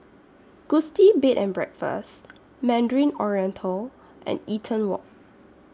Gusti Bed and Breakfast Mandarin Oriental and Eaton Walk